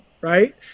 right